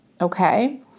Okay